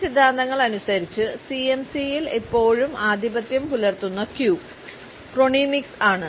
ഈ സിദ്ധാന്തങ്ങൾ അനുസരിച്ച് സിഎംസിയിൽ ഇപ്പോഴും ആധിപത്യം പുലർത്തുന്ന ക്യൂ ക്രോണമിക്സ് ആണ്